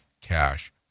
cash